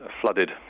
flooded